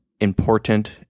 important